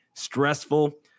stressful